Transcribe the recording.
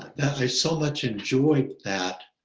that i so much enjoyed that,